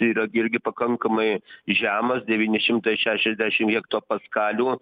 yra irgi pakankamai žemas devyni šimtai šešiasdešim hektopaskalių